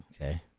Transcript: okay